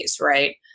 right